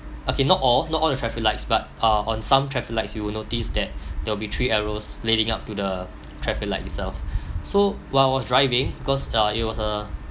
okay not all not all the traffic lights but uh on some traffic lights you will notice that there will be three arrows leading up to the traffic light itself so while I was driving because uh it was a